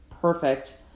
perfect